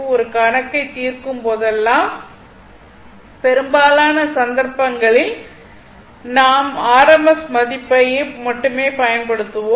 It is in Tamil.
ஒரு கணக்கைத் தீர்க்கும் போதெல்லாம் பெரும்பாலான சந்தர்ப்பங்களில் நாம் rms மதிப்பை மட்டுமே பயன்படுத்துவோம்